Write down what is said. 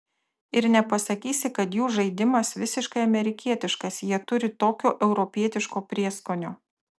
ir nepasakysi kad jų žaidimas visiškai amerikietiškas jie turi tokio europietiško prieskonio